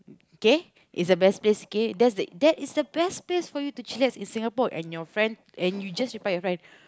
okay is the best place kay that's the that is the best place for you to chillax in Singapore and your friend and you just reply your friend